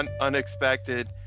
Unexpected